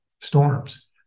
storms